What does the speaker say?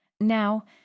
Now